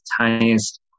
tiniest